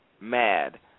Mad